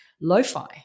Lo-fi